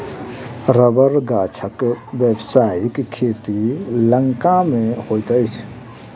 रबड़ गाछक व्यवसायिक खेती लंका मे होइत अछि